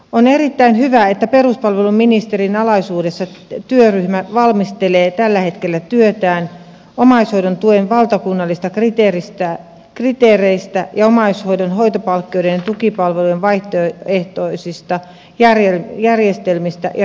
on erittäin hyvä että peruspalveluministerin alaisuudessa työryhmä valmistelee tällä hetkellä työtään omaishoidon tuen valtakunnallisista kriteereistä ja omaishoidon hoitopalkkioiden ja tukipalvelujen vaihtoehtoisista järjestelmistä ja rahoitusmalleista